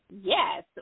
Yes